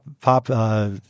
pop—